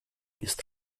ist